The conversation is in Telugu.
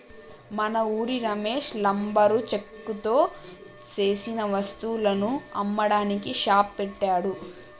మన ఉరి రమేష్ లంబరు చెక్కతో సేసిన వస్తువులను అమ్మడానికి షాప్ పెట్టాడు